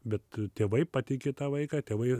bet tėvai patiki tą vaiką tėvai